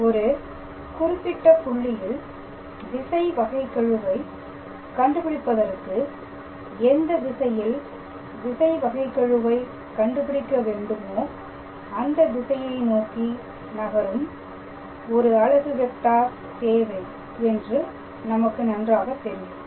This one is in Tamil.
ஒரு குறிப்பிட்ட புள்ளியில் திசை வகைகெழுவை கண்டுபிடிப்பதற்கு எந்த திசையில் திசை வகைகெழுவை கண்டுபிடிக்க வேண்டுமோ அந்த திசையை நோக்கி நகரும் ஒரு அலகு வெக்டார் தேவை என்று நமக்கு நன்றாக தெரியும்